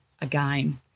again